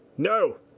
no!